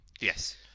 yes